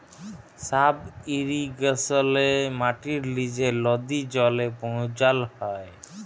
sub ইরিগেশলে মাটির লিচে লদী জলে পৌঁছাল হ্যয়